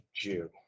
Jew